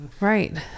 right